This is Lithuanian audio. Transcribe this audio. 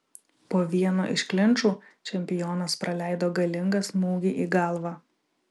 po vieno iš klinčų čempionas praleido galingą smūgį į galvą